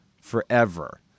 forever